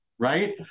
right